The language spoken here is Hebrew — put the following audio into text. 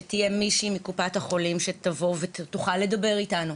מישהו שיוכל לדבר איתנו,